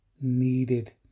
needed